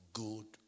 good